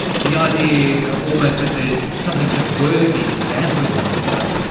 the idea almost that there's something just worthy in gathering all this stuff,